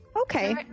Okay